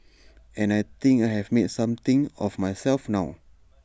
and I think I have made something of myself now